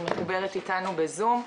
היא מחוברת איתנו בזום,